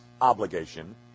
obligation